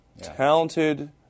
Talented